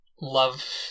love